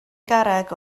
garreg